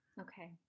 Okay